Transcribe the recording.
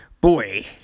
Boy